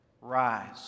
Rise